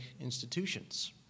institutions